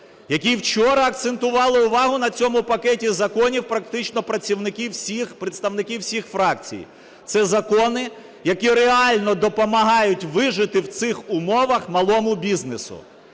які вчора акцентували увагу на цьому пакеті законів практично представників всіх фракцій – це закони, які реально допомагають вижити в цих умовах малому бізнесу.